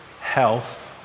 health